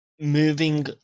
Moving